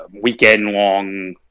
weekend-long